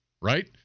right